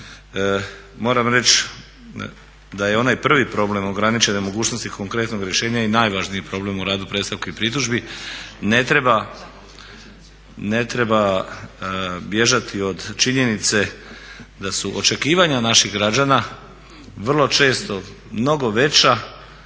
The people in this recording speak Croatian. moram reći da je onaj prvi problem ograničene mogućnosti konkretnog rješenja i najvažniji problem u radu predstavki i pritužbi. Ne treba bježati od činjenice da su očekivanja naših građana vrlo često mnogo veća